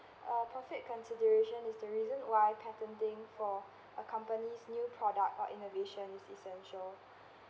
uh profit consideration is the reason why patenting for uh companies new product or innovations is essential